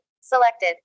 Selected